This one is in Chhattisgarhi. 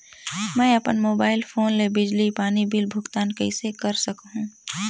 मैं अपन मोबाइल फोन ले बिजली पानी बिल भुगतान कइसे कर सकहुं?